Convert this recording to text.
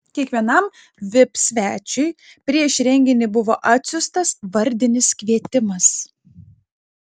kiekvienam vip svečiui prieš renginį buvo atsiųstas vardinis kvietimas